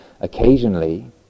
occasionally